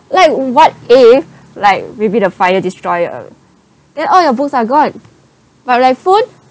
like what if like maybe a fire destroy uh then all your books are gone but like phone